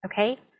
Okay